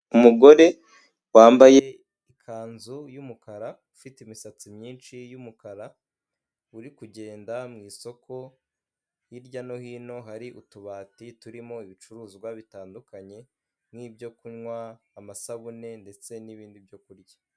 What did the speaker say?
Umugore wambaye ikanzu y'umukara, ufite imisatsi myinshi y'umukara, uri kugenda mu isoko, hirya no hino hari utubati turimo ibicuruzwa bitandukanye nk'ibyo kunywa, amasabune ndetse n'ibindi byo kurya.